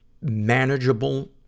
manageable